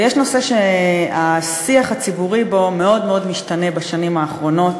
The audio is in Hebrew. יש נושא שהשיח הציבורי בו מאוד מאוד משתנה בשנים האחרונות,